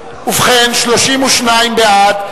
ובכן, בעד,